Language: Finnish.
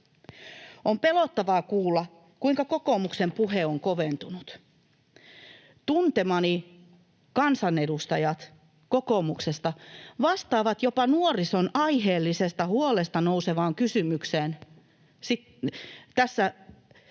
On pelottavaa kuulla, kuinka kokoomuksen puhe on koventunut. Tuntemani kansanedustajat kokoomuksesta vastaavat jopa nuorison aiheellisesta huolesta nousevaan kysymykseen. Tässä nuorison